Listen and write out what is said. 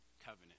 covenant